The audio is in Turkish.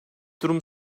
durum